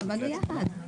קצר.